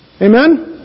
Amen